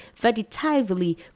vegetatively